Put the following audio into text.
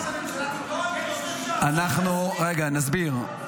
--- רגע, נסביר.